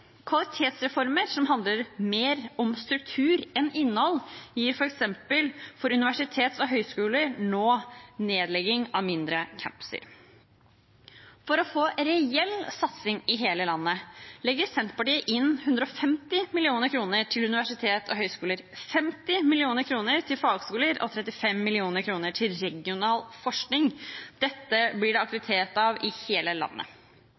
Kvalitetsreformer som handler mer om struktur enn om innhold, gir f.eks. for universitets- og høyskoler nå nedlegging av mindre campuser. For å få en reell satsing i hele landet legger Senterpartiet inn 150 mill. kr til universitet og høyskoler, 50 mill. kr til fagskoler og 35 mill. kr til regional forskning. Dette blir det aktivitet av i hele landet.